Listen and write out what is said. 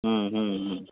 हुँ हुँ हुँ